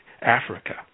Africa